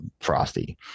frosty